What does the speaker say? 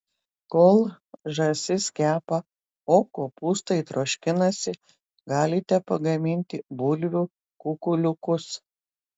kol žąsis kepa o kopūstai troškinasi galite pagaminti bulvių kukuliukus